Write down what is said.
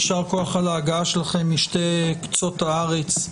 יישר כוח על ההגעה שלכם משני קצות הארץ,